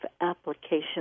application